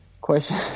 Question